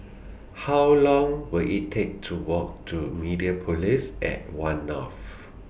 How Long Will IT Take to Walk to Mediapolis At one North